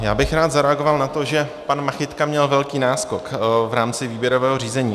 Já bych rád zareagoval na to, že pan Machytka měl velký náskok v rámci výběrového řízení.